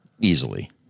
Easily